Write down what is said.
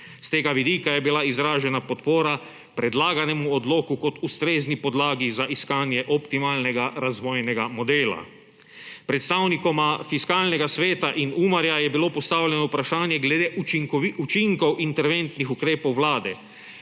S tega vidika je bila izražena podpora predlaganemu odloku kot ustrezni podlagi za iskanje optimalnega razvojnega modela. Predstavnikoma Fiskalnega sveta in UMAR je bilo postavljeno vprašanje glede učinkov interventnih ukrepov Vlade.